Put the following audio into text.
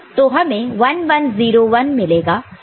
तो हमें 1 1 0 1 मिलेगा